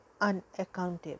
unaccountable